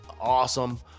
Awesome